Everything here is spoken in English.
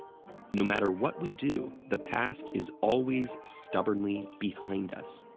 no matter what we do, the past is always, stubbornly, behind us.